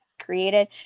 created